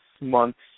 months